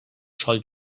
sol